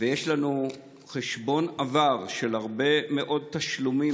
ויש לנו חשבון עבר של הרבה מאוד תשלומים